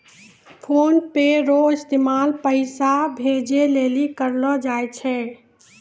PhonePe रो इस्तेमाल पैसा भेजे लेली करलो जाय छै